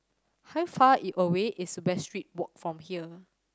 how far is away is Westridge Walk from here